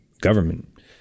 government